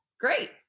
Great